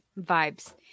vibes